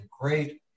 great